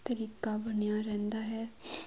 ਤਰੀਕਾ ਬਣਿਆ ਰਹਿੰਦਾ ਹੈ